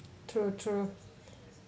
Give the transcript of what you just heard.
true true